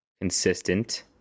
consistent